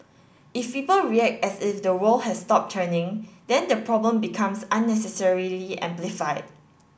if people react as if the world has stopped turning then the problem becomes unnecessarily amplified